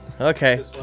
Okay